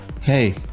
hey